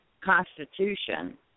Constitution